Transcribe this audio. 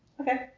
Okay